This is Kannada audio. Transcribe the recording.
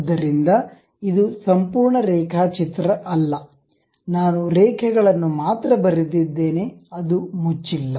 ಆದ್ದರಿಂದ ಇದು ಸಂಪೂರ್ಣ ರೇಖಾಚಿತ್ರ ಅಲ್ಲ ನಾನು ರೇಖೆಗಳನ್ನು ಮಾತ್ರ ಬರೆದಿದ್ದೇನೆ ಅದು ಮುಚ್ಚಿಲ್ಲ